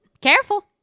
Careful